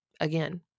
again